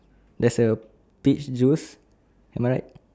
there's a peach juice am I right